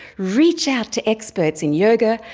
reach out to experts in yoga,